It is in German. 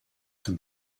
dem